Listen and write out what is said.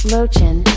Lochin